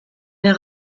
der